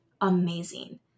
amazing